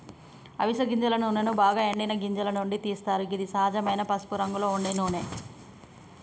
అవిస గింజల నూనెను బాగ ఎండిన గింజల నుండి తీస్తరు గిది సహజమైన పసుపురంగులో ఉండే నూనె